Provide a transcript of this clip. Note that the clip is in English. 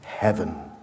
heaven